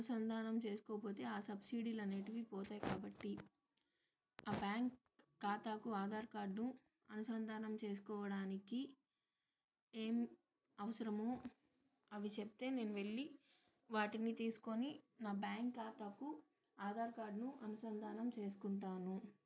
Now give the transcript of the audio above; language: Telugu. అనుసంధానం చేసుకోకపోతే ఆ సబ్సిడీలు అనేటివి పోతాయి కాబట్టి ఆ బ్యాంక్ ఖాతాకు ఆధార్ కార్డ్ను అనుసంధానం చేసుకోవడానికి ఏం అవసరమో అవి చెప్తే నేను వెళ్ళి వాటిని తీసుకొని నా బ్యాంక్ ఖాతాకు ఆధార్ కార్డ్ను అనుసంధానం చేసుకుంటాను